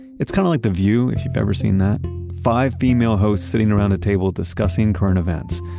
it's kind of like the view if you've ever seen that five female hosts sitting around a table discussing current events.